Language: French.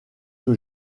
que